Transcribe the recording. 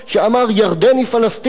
שאמר: ירדן היא פלסטין,